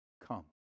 come